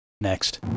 Next